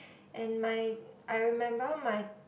and my I remember my